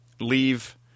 leave